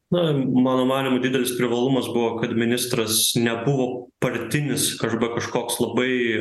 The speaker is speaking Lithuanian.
na mano manymu didelis privalumas buvo kad ministras nebuvo partinis arba kažkoks labai